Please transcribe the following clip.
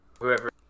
whoever